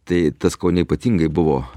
tai tas kone ypatingai buvo